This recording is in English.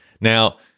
Now